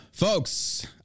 Folks